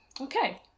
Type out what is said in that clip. Okay